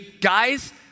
guys